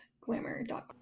Glamour.com